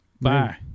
Bye